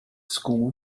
school